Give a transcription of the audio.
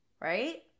right